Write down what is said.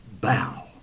bow